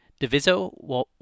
Diviso